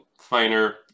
finer